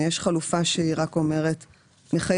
אני יכולה